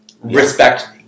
respect